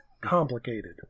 complicated